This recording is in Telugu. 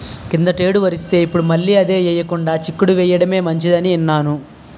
కిందటేడు వరేస్తే, ఇప్పుడు మళ్ళీ అదే ఎయ్యకుండా చిక్కుడు ఎయ్యడమే మంచిదని ఇన్నాను